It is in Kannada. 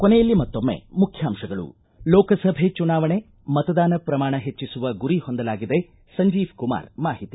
ಕೊನೆಯಲ್ಲಿ ಮತ್ತೊಮ್ಬೆ ಮುಖ್ಯಾಂಶಗಳು ಲೋಕಸಭೆ ಚುನಾವಣೆ ಮತದಾನ ಶ್ರಮಾಣ ಹೆಚ್ಚಿಸುವ ಗುರಿ ಹೊಂದಲಾಗಿದೆ ಸಂಜೀವ್ ಕುಮಾರ್ ಮಾಹಿತಿ